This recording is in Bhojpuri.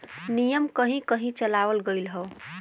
नियम कहीं कही चलावल गएल हौ